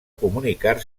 comunicar